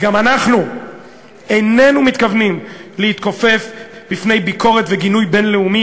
גם אנחנו איננו מתכוונים להתכופף בפני ביקורת וגינוי בין-לאומי.